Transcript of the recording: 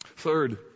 Third